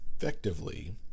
effectively